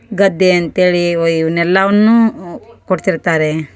ಗದ್ದೆ ಅಂತೇಳಿ ವ ಇವ್ನ ಎಲ್ಲವನ್ನು ಕೊಡ್ತಿರ್ತಾರೆ